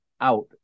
out